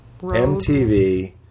MTV